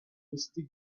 rusty